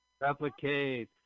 Replicate